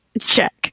check